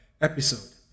episode